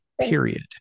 period